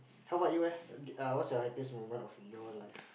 how about you eh what's your happiest moment of your life